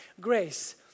grace